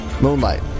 moonlight